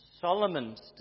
Solomon's